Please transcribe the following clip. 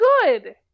good